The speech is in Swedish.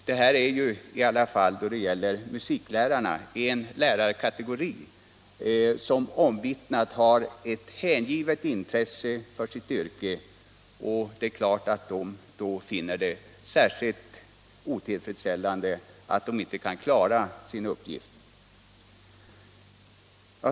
Det är omvittnat att musiklärarna är en lärarkategori med hängivet intresse för sitt yrke, och det är klart att de då finner det särskilt otillfredsställande om de inte kan lösa sina uppgifter på det sätt de skulle önska.